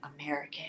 American